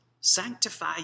sanctify